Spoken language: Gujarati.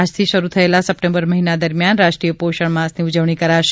આજથી શરૂ થયેલા સપ્ટેમ્બર મહિના દરમયાન રાષ્ટ્રીય પોષણ માસની ઉજવણી કરાશે